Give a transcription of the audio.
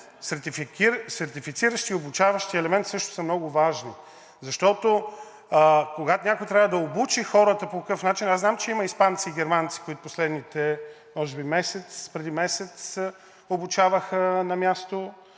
сертифициращият и обучаващият елемент също са много важни, защото, когато някой трябва да обучи хората по какъв начин – аз знам, че има испанци и германци, които преди месец обучаваха на място